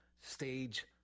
stage